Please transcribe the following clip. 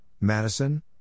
Madison